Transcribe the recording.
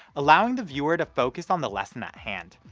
allowing the viewer to focus on the lesson at hand.